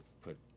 put